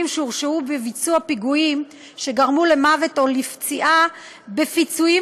שהורשעו בביצוע פיגועים שגרמו למוות או לפציעה בפיצויים